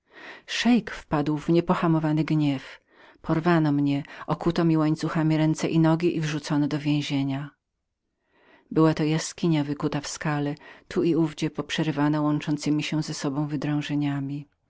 szeik wpadł na mnie w niepohamowany gniew porwano mnie okuto mi łańcuchami ręce i nogi i wrzucono do więzienia była to jaskinia wykuta w skale tu i owdzie poprzerywana łączącemi się z sobą wydrążeniami